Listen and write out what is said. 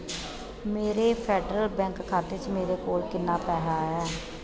मेरे Federal Bank खाते च मेरे कोल किन्ना पैहा ऐ